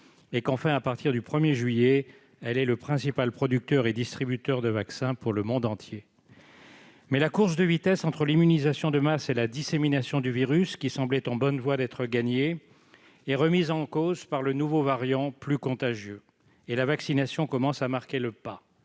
Enfin, à partir du 1 juillet, elle sera le principal producteur et distributeur de vaccins pour le monde entier. Cependant, la course de vitesse entre l'immunisation de masse et la dissémination du virus, qui semblait en bonne voie d'être gagnée, est remise en cause par le nouveau variant, plus contagieux, et la vaccination commence à marquer le pas.